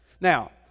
Now